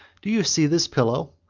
do you see this pillow?